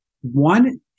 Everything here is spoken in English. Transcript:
One